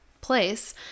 place